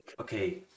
okay